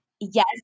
yes